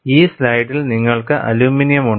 ഈ സ്ലൈഡിൽ നിങ്ങൾക്ക് അലുമിനിയം ഉണ്ട്